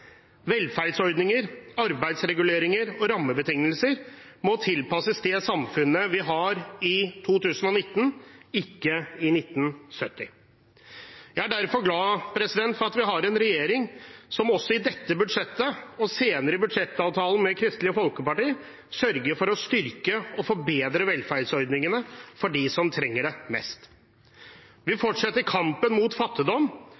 Velferdsordninger, arbeidsreguleringer og rammebetingelser må tilpasses det samfunnet vi har i 2019, ikke i 1970. Jeg er derfor glad for at vi har en regjering som også i dette budsjettet – og senere i budsjettavtalen med Kristelig Folkeparti – sørger for å styrke og forbedre velferdsordningene for dem som trenger det mest. Vi fortsetter kampen mot fattigdom, og spesielt styrker vi kampen mot fattigdom